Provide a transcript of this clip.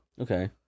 Okay